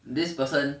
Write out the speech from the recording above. this person